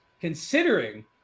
considering